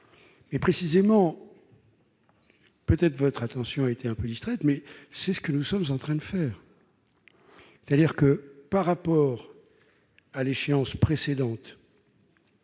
et précisément peut-être votre attention a été un peu distraite mais c'est ce que nous sommes en train de faire, c'est-à-dire que par rapport à l'échéance précédente